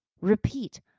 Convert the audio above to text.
Repeat